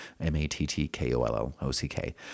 M-A-T-T-K-O-L-L-O-C-K